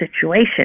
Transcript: situation